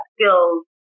skills